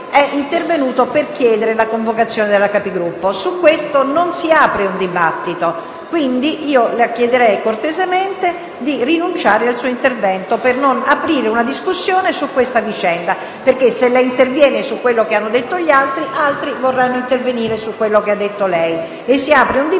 è intervenuto per chiedere la convocazione della Conferenza dei Capigruppo. Su questo non si apre un dibattito. Le chiederei quindi, cortesemente, di rinunciare al suo intervento per non aprire un dibattito su questa vicenda, perché se lei interviene su quello che hanno detto gli altri, altri vorranno intervenire su quello che avrà detto lei e si apre un dibattito